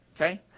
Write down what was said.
Okay